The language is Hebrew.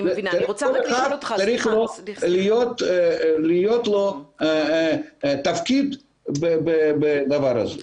כל אחד צריך להיות לו תפקיד בדבר הזה.